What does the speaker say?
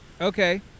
Okay